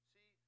See